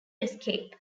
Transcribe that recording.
escape